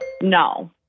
No